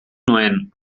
nuen